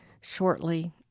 shortly